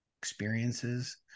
experiences